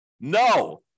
No